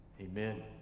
amen